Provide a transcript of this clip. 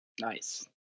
Nice